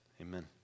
Amen